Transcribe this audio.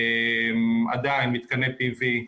עדיין מתקני פי.וי.